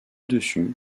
dessus